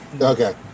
okay